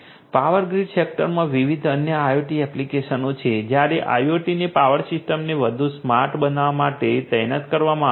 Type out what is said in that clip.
power grid સેક્ટરમાં વિવિધ અન્ય IoT એપ્લિકેશનો છે જ્યારે IoT ને પાવર સિસ્ટમ્સને વધુ સ્માર્ટ બનાવવા માટે તૈનાત કરવામાં આવી છે